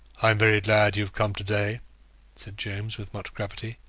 i'm very glad you have come to-day, said jones, with much gravity.